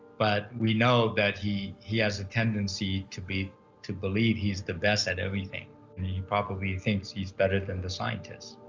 but we know that he, he has a tendency to, to believe he's the best at everything. and he probably thinks he's better than the scientists.